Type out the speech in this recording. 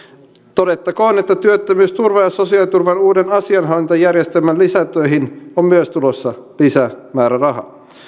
todettakoon että työttömyysturvan ja sosiaaliturvan uuden asianhallintajärjestelmän lisätöihin on myös tulossa lisämääräraha